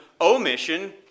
omission